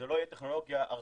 זו לא תהיה טכנולוגיה ארכאית